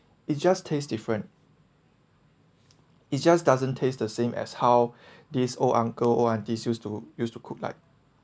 it just taste different it just doesn't taste the same as how this old uncle old aunties used to used to cook like